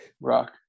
Rock